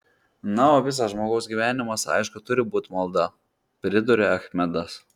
na o visas žmogaus gyvenimas aišku turi būti malda priduria achmedas